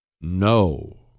No